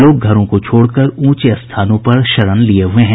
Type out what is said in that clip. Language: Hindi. लोग घरों को छोड़कर ऊंचे स्थानों पर शरण लिये हुये हैं